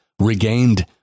regained